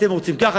אתם רוצים ככה,